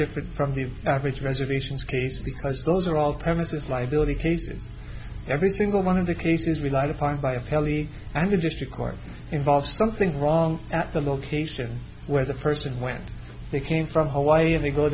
different from the average reservations case because those are all premises liability cases every single one of the cases relied upon by a fairly and a district court involves something wrong at the location where the person when they came from hawaii and they go